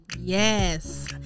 Yes